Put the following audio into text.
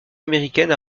américaine